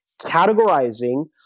categorizing